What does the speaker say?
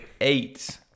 eight